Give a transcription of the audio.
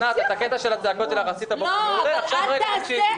אוסנת, את הצעקות שלך עשית הבוקר, עכשיו תקשיבי.